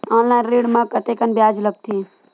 Online ऋण म कतेकन ब्याज लगथे?